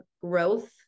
growth